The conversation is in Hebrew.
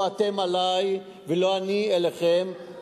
לא אתם עלי ולא אני עליכם,